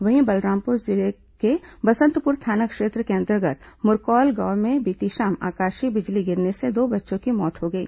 वहीं बलरामपुर जिले के बसंतपुर थाना क्षेत्र के अंतर्गत मुरकौल गांव में बीती शाम आकाशीय बिजली गिरने से दो बच्चों की मौत हो गई